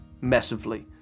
massively